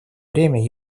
время